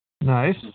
Nice